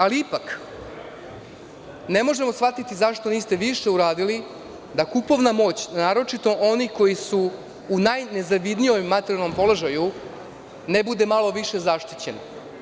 Ali ipak, ne možemo shvatiti zašto niste više uradili, da kupovna moć, naročito onih koji su u najnezavidnijem materijalnom položaju, ne bude malo više zaštićen.